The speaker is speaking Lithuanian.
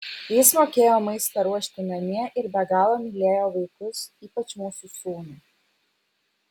jis mokėjo maistą ruošti namie ir be galo mylėjo vaikus ypač mūsų sūnų